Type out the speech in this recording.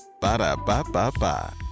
Ba-da-ba-ba-ba